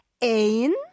Ain